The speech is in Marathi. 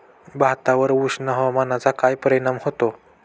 भातावर उष्ण हवामानाचा काय परिणाम होतो?